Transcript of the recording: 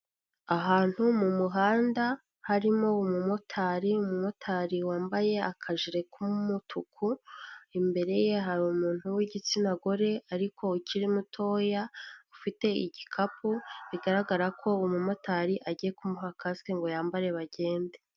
Ahantu mu muhanda harimo umumotari, umumotari wambaye akajire k'umutuku, imbere ye hari umuntu w'igitsina gore ariko ukiri mutoya ufite igikapu, bigaragara ko umumotari agiye kumuha akasike ngo yambare bagende.